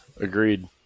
agreed